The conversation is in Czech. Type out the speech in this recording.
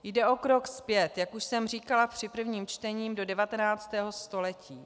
Jde o krok zpět, jak už jsem říkala při prvním čtení, do 19. století.